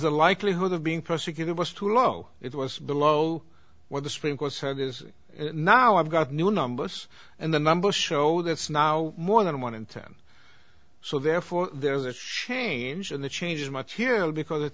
the likelihood of being prosecuted was too low it was below what the supreme court said is now i've got new numbers and the numbers show that's now more than one in ten so therefore there's shane's in the changed much here because it